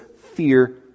fear